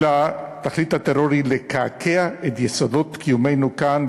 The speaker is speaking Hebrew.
תכלית הטרור היא לקעקע את יסודות קיומנו כאן,